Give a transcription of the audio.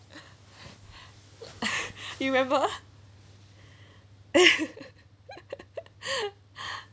you ever